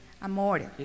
amor